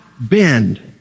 bend